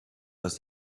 was